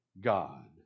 God